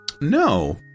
no